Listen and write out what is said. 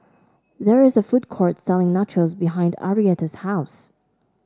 there is a food court selling Nachos behind Arietta's house